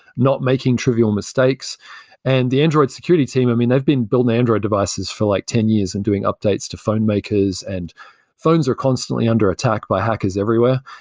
not making trivial mistakes and the android security team, i mean, they've been building android devices for like ten years and doing updates to phone makers. and phones are constantly under attack by hackers everywhere.